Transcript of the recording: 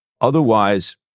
Otherwise